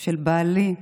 של בעלי,